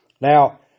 Now